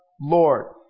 Lord